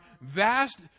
vast